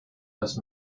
das